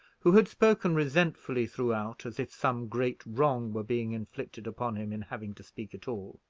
who had spoken resentfully throughout, as if some great wrong were being inflicted upon him in having to speak at all.